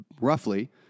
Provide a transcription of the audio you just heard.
roughly